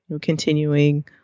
continuing